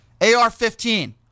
AR-15